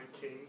king